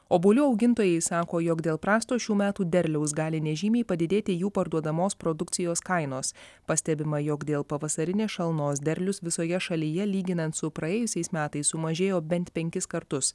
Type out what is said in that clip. obuolių augintojai sako jog dėl prasto šių metų derliaus gali nežymiai padidėti jų parduodamos produkcijos kainos pastebima jog dėl pavasarinės šalnos derlius visoje šalyje lyginant su praėjusiais metais sumažėjo bent penkis kartus